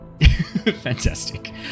Fantastic